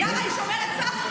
מיארה היא שומרת סף?